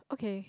okay